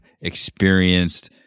experienced